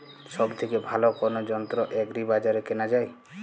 সব থেকে ভালো কোনো যন্ত্র এগ্রি বাজারে কেনা যায়?